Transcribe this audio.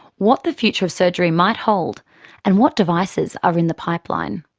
what the future of surgery might hold and what devices are in the pipeline.